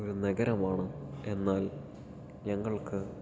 ഒരു നഗരമാണ് എന്നാൽ ഞങ്ങൾക്ക്